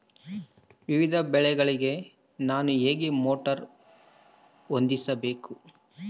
ವಿವಿಧ ಬೆಳೆಗಳಿಗೆ ನಾನು ಹೇಗೆ ಮೋಟಾರ್ ಹೊಂದಿಸಬೇಕು?